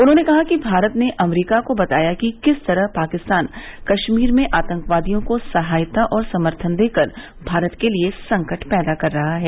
उन्होने कहा भारत ने अमरीका को बताया कि किस तरह पाकिस्तान कश्मीर में आतंकवादियों को सहायता और सम्थन देकर भारत के लिए संकट पैदा कर रहा है